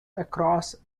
across